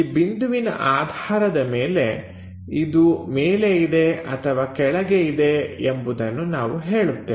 ಈ ಬಿಂದುವಿನ ಆಧಾರದ ಮೇಲೆ ಇದು ಮೇಲೆ ಇದೆ ಅಥವಾ ಕೆಳಗೆ ಇದೆ ಎಂಬುದನ್ನು ನಾವು ಹೇಳುತ್ತೇವೆ